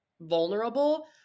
vulnerable